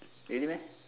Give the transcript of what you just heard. really meh